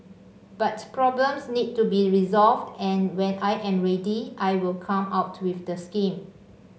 but problems need to be resolved and when I am ready I will come out with the scheme